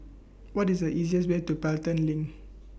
What IS The easiest Way to Pelton LINK